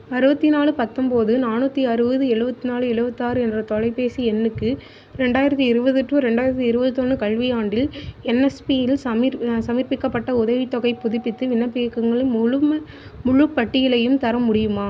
அறுபத்தி நாலு பத்தொம்போது நானூற்றி அறுபது எழுபத்நாலு எழுபத்தாறு என்ற தொலைபேசி எண்ணுக்கு ரெண்டாயிரத்து இருபது டு ரெண்டாயிரத்து இருவத்தொன்று கல்வியாண்டில் என்எஸ்பியில் சமர்ப்பிக்கப்பட்ட உதவித்தொகைப் புதுப்பிப்பு விண்ணப்பங்களின் முழு முழுப் பட்டியலையும் தர முடியுமா